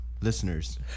Listeners